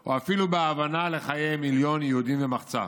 או אפילו בהבנה לחיי מיליון יהודים ומחצה